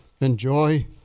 enjoy